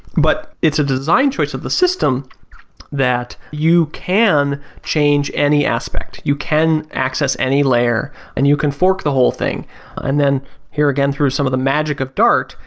but it's a design choice of the system that you can change any aspect you can access any layer and you can fork the whole thing and then here gain through some of the magic of dart.